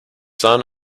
son